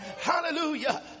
Hallelujah